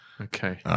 Okay